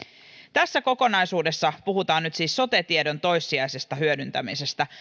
tässä kokonaisuudessa puhutaan nyt siis sote tiedon toissijaisesta hyödyntämisestä